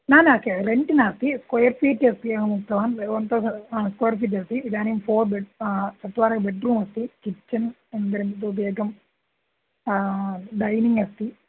न न केव रेण्ट् नास्ति स्क्वैर् फ़ीट् अस्ति एवमुक्तवान् एव वन् थौसण्ड् हा स्क्वैर् फ़ीट् अस्ति इदानीं फ़ोर् बेड् चत्वारि बेड्रूम् अस्ति किचन् अनन्तरम् इतोपि एकं डैनिङ्ग् अस्ति